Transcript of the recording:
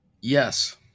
Yes